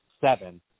seven